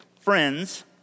friends